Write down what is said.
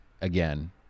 Again